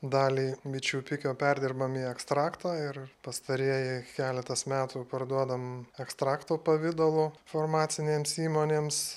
dalį bičių pikio perdirbam į ekstraktą ir pastarieji keletas metų parduodam ekstrakto pavidalu farmacinėms įmonėms